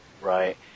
right